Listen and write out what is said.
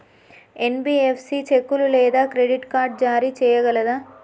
NBFC చెక్కులు లేదా credit card జారీ చేయగలదా?